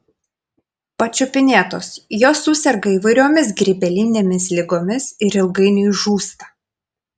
pačiupinėtos jos suserga įvairiomis grybelinėmis ligomis ir ilgainiui žūsta